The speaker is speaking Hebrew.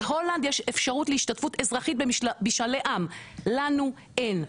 בהולנד יש אפשרות להשתתפות אזרחית במשאלי עם לנו אין.